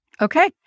Okay